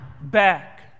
back